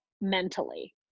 mentally